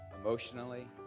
emotionally